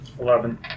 Eleven